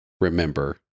remember